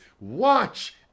watch